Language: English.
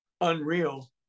unreal